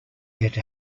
get